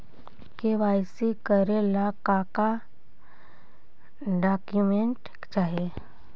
KYC करे ला का का डॉक्यूमेंट चाही?